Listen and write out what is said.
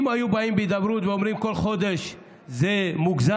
אם היו באים בהידברות ואומרים: כל חודש זה מוגזם,